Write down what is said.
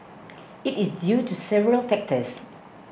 it is due to several factors